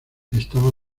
estaba